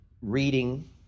reading